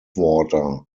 water